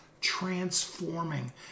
transforming